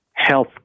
health